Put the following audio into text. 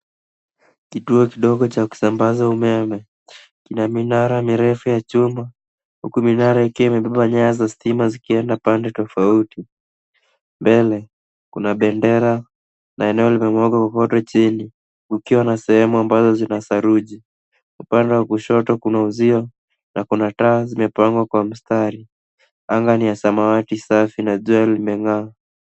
Kituo kidogo cha kusambaza umeme kina minara mirefu ya chuma, huku minara ikiwa imebeba nyaya za stima zikienda pande tofauti. Mbele kuna bendera na eneo limemwagwa kokoto chini, kukiwa na sehemu ambazo zina saruji. Upande wa kushoto kuna uzio na kuna taa zimepangwa kwa mstari. Anga ni ya samawati safi na jua limeng'aa.